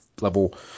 level